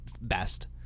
best